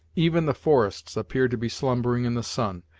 even the forests appeared to be slumbering in the sun,